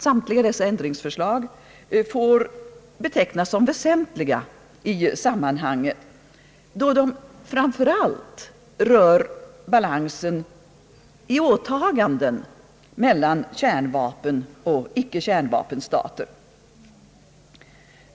Samtliga dessa ändringsförslag får betecknas som väsentliga i sammanhanget, då de framför allt rör balansen i åtaganden mellan kärnvapenoch icke kärnvapenstater.